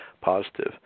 positive